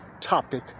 Topic